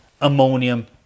ammonium